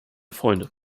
freunde